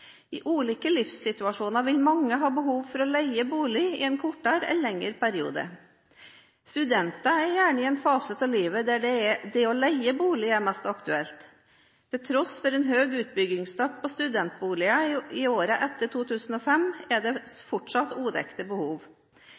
I ulike livssituasjoner vil mange ha behov for å leie bolig i en kortere eller lengre periode. Studenter er gjerne i en fase av livet der det å leie bolig er mest aktuelt. Til tross for en høy utbyggingstakt på studentboliger i årene etter 2005 er det fortsatt udekte behov.